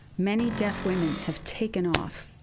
many deaf women have taken off.